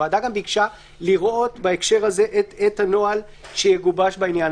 הוועדה גם ביקשה לראות בהקשר הזה את הנוהל שיגובש בעניין